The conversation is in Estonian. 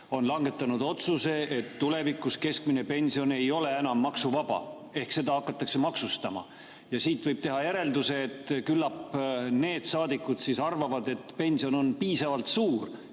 on langetanud otsuse, et tulevikus keskmine pension ei ole enam maksuvaba, ehk seda hakatakse maksustama. Ja siit võib teha järelduse, et küllap need saadikud arvavad, et keskmine pension on piisavalt suur,